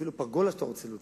אפילו פרגולה שאתה רוצה להוציא,